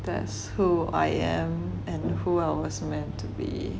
that's who I am and who I was meant to be